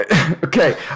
Okay